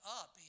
up